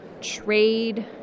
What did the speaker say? trade